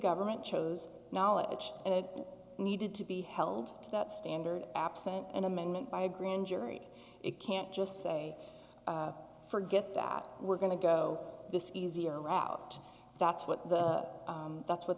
government chose knowledge and it needed to be held to that standard absent an amendment by a grand jury it can't just say forget that we're going to go this easier route that's what the that's what